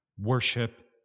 worship